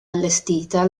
allestita